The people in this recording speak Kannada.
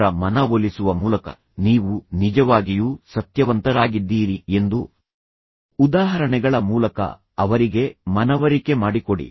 ಅವರ ಮನವೊಲಿಸುವ ಮೂಲಕ ನೀವು ನಿಜವಾಗಿಯೂ ಸತ್ಯವಂತರಾಗಿದ್ದೀರಿ ಎಂದು ಉದಾಹರಣೆಗಳ ಮೂಲಕ ಅವರಿಗೆ ಮನವರಿಕೆ ಮಾಡಿಕೊಡಿ